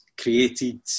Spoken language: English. created